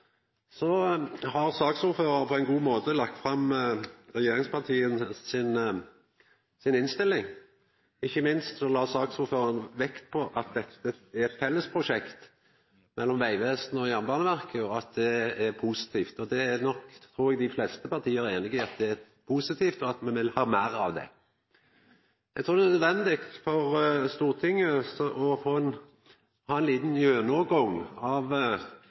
Så har saksordføraren på ein god måte lagt fram regjeringspartia si innstilling. Ikkje minst la saksordføraren vekt på at dette er eit fellesprosjekt mellom Vegvesenet og Jernbaneverket, og at det er positivt. Eg trur nok dei fleste partia er einige om at det er positivt, og at me vil ha meir av det. Eg trur det er nødvendig for Stortinget å ha ein liten gjennomgang av historikken i dette. No har